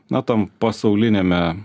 na tam pasauliniame